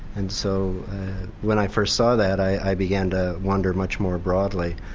and so when i first saw that i began to wonder much more broadly,